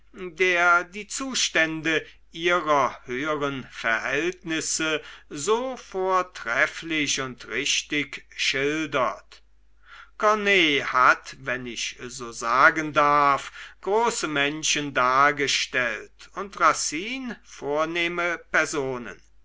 der die zustände ihrer höheren verhältnisse so vortrefflich und richtig schildert corneille hat wenn ich so sagen darf große menschen dargestellt und racine vornehme personen